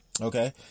Okay